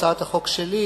הצעת החוק שלי